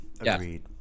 Agreed